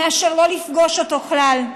מאשר לא לפגוש אותו כלל.